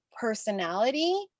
personality